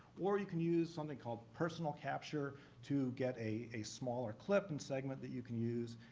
or you can use something called personal capture to get a a smaller clip and segment that you can use.